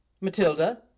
Matilda